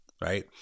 right